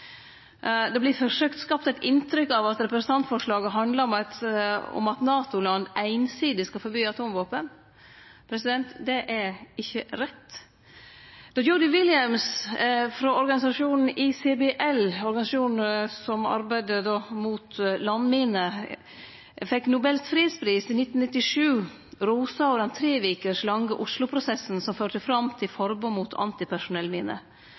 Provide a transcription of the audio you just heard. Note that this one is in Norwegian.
eit inntrykk av at representantforslaget handlar om at NATO-land einsidig skal forby atomvåpen. Det er ikkje rett. Då Jody Williams frå organisasjonen ICBL, organisasjonen som arbeidde mot landminer, fekk Nobels fredspris i 1997, rosa ho den tre veker lange Oslo-prosessen som førte fram til forbod mot antipersonellminer.